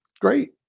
great